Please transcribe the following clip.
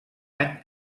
any